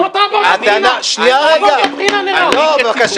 בוא תעבור את הבחינה, נראה אותך.